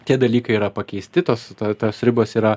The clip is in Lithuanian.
tie dalykai yra pakeisti tos to tos ribos yra